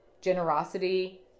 generosity